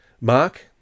Mark